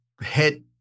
hit